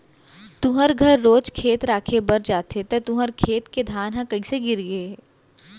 तुँहर घर रोज खेत राखे बर जाथे त तुँहर खेत के धान ह कइसे गिर गे हे?